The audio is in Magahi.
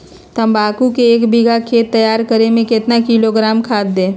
तम्बाकू के एक बीघा खेत तैयार करें मे कितना किलोग्राम खाद दे?